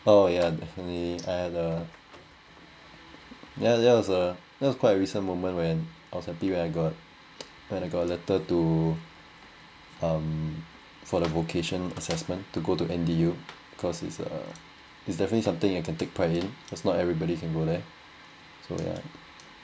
oh ya definitely I had a ya that was a that's quite a recent moment when I was happy when I got when I got a letter to um for the vocation assessment to go to N_D_U cause it's a it's definitely something I can take pride in cause not everybody can go there so ya